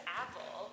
apple